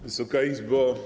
Wysoka Izbo!